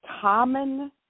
common